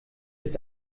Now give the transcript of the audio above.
ist